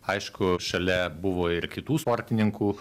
aišku šalia buvo ir kitų sportininkų